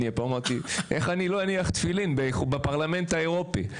פה אמרתי איך אני לא אניח תפילין בפרלמנט האירופי?